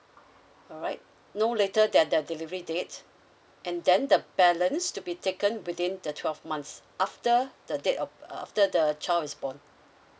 alright no later than the delivery date and then the balance to be taken within the twelve months after the date of uh after the child is born